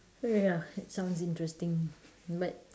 ya sounds interesting but